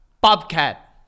Bobcat